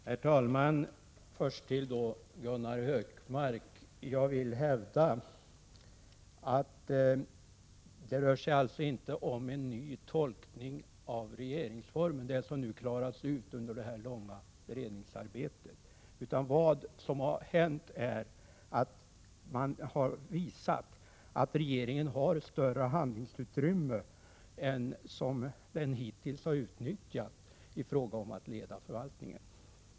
Herr talman! Först till Gunnar Hökmark: Jag vill hävda att det som klarats ut under det långa beredningsarbetet inte rör sig om en nytolkning av regeringsformen. Det som hänt är att man visat att regeringen har ett större handlingsutrymme än den hittills har utnyttjat i fråga om att leda förvaltningen.